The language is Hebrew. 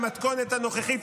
במתכונת הנוכחית,